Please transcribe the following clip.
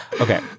okay